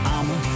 I'ma